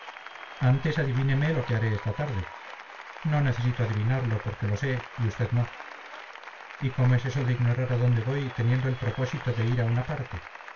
pieza antes adivíneme lo que haré esta tarde no necesito adivinarlo porque lo sé y usted no y cómo es eso de ignorar a dónde voy teniendo el propósito de ir a una parte